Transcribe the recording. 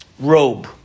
robe